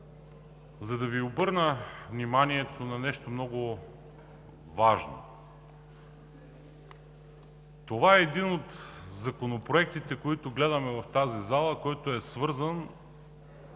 за да Ви обърна вниманието на нещо много важно. Това е един от законопроектите, които гледаме в пленарната зала, който е свързан